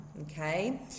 okay